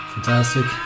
Fantastic